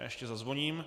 Ještě zazvoním.